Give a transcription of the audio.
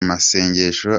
masengesho